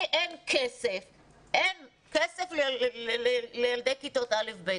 מזה שאין כסף לילדי כיתות א'-ב'.